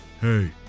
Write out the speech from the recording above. hey